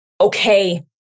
Okay